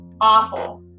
awful